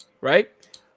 right